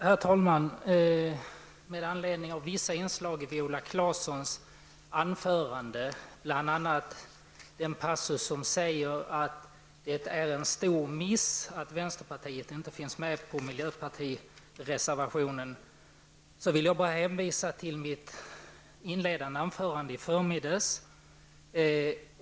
Herr talman! Med anledning av vissa inslag i Viola Claessons anförande, bl.a. passusen om att det är en stor miss att vänsterpartiet inte finns med på miljöpartiets reservation, vill jag hänvisa till mitt inledande anförande i förmiddags.